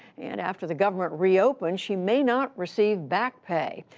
and, after the government reopens, she may not receive back pay.